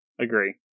agree